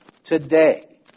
Today